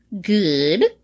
Good